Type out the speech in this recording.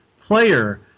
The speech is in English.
player